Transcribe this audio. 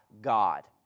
God